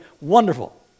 Wonderful